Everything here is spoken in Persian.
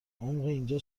اینجا